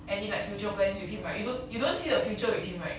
any like future plans with him right you don't you don't see the future with him right